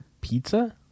pizza